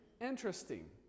interesting